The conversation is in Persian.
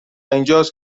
اینجاست